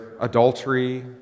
adultery